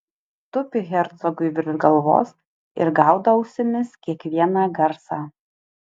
tupi hercogui virš galvos ir gaudo ausimis kiekvieną garsą